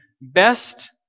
best